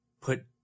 put